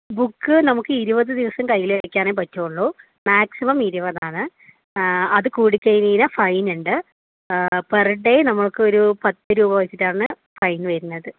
book നമുക്ക് ഇരുപതു ദിവസം കയ്യിൽ വയ്ക്കാനേ പറ്റുകയുളളൂ മാക്സിമം ഇരുപതാണ് അത് കൂടി കഴിഞ്ഞുകഴിഞ്ഞാൽ ഫൈനുണ്ട് പെർ ഡേ നമുക്കൊരു പത്തു രൂപ വെച്ചിട്ടാണ് ഫൈൻ വരുന്നത്